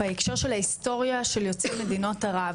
בהקשר של ההיסטוריה של יוצאי מדינות ערב,